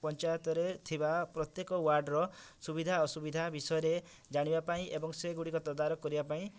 ପଞ୍ଚାୟତରେ ଥିବା ପ୍ରତ୍ୟେକ ୱାର୍ଡ଼୍ ର ସୁବିଧା ଅସୁବିଧା ବିଷୟରେ ଜାଣିବା ପାଇଁ ଏବଂ ସେଗୁଡ଼ିକ ତଦାରଖ କରିବା ପାଇଁ